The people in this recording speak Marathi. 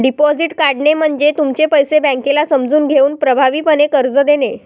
डिपॉझिट काढणे म्हणजे तुमचे पैसे बँकेला समजून घेऊन प्रभावीपणे कर्ज देणे